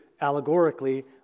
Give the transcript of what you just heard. allegorically